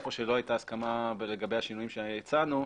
היכן שלא הייתה הסכמה לגבי שינויים שהצענו,